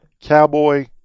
cowboy